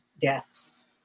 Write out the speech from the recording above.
deaths